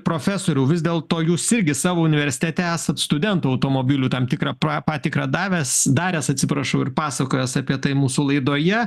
profesoriau vis dėlto jūs irgi savo universitete esat studentų automobilių tam tikrą patikrą davęs daręs atsiprašau ir pasakojęs apie tai mūsų laidoje